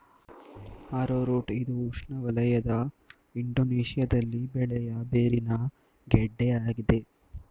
arrowroot ಇದು ಉಷ್ಣವಲಯದ ಇಂಡೋನೇಶ್ಯದಲ್ಲಿ ಬೆಳೆಯ ಬೇರಿನ ಗೆಡ್ಡೆ ಆಗಿದೆ